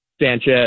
Sanchez